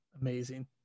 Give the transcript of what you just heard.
amazing